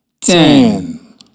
ten